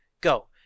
go